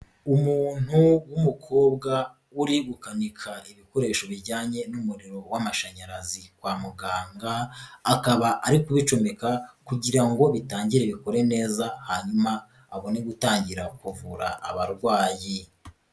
Umuntu w'umukobwa uri gukanika ibikoresho bijyanye n'umuriro w'amashanyarazi kwa muganga, akaba ari kubicomeka kugira ngo bitangire bikore neza hanyuma abone gutangira kuvura abarwayi.